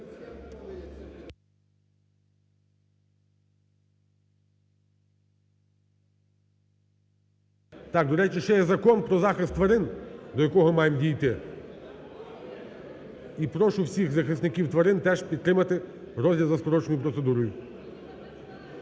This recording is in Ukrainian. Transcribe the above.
Так, до речі, ще є Закон про захист тварин, до якого маємо дійти. І прошу всіх захисників тварин теж підтримати розгляд за скороченою процедурою.